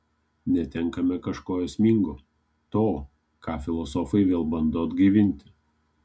netenkame kažko esmingo to ką filosofai vėl bando atgaivinti